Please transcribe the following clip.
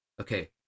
okay